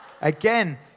Again